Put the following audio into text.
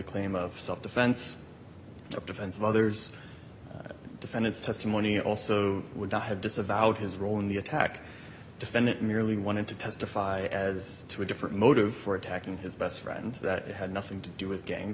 claim of self defense or defense of others defendant's testimony also would not have disavowed his role in the attack defendant merely wanted to testify as to a different motive for attacking his best friend that had nothing to do with gangs